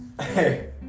Hey